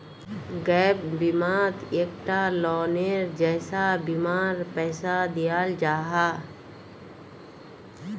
gap बिमात एक टा लोअनेर जैसा बीमार पैसा दियाल जाहा